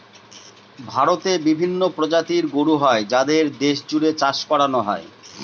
ভারতে বিভিন্ন প্রজাতির গরু হয় যাদের দেশ জুড়ে চাষ করানো হয়